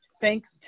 Thanks